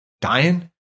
dying